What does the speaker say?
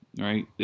right